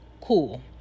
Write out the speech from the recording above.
Cool